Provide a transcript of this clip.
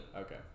Okay